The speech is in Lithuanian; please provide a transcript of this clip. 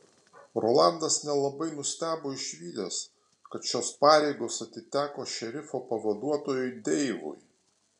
rolandas nelabai nustebo išvydęs kad šios pareigos atiteko šerifo pavaduotojui deivui